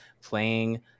playing